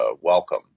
Welcome